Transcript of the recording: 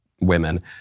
women